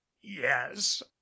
yes